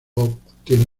obtiene